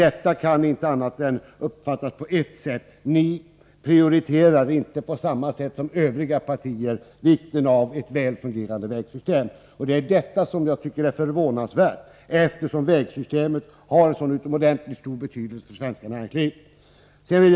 Detta kan bara uppfattas på ett enda vis: ni prioriterar inte på samma sätt som övriga partier vikten av ett väl fungerande vägsystem. Det är detta som jag tycker är förvånansvärt. Vägsystemet har ju en sådan utomordentligt stor betydelse för det svenska näringslivet.